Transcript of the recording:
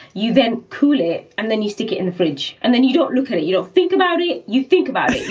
you then cool it and then you stick it in the fridge and then you don't look at it. you don't think about it. you think about it,